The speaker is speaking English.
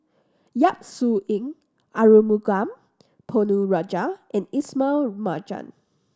Yap Su Yin Arumugam Ponnu Rajah and Ismail Marjan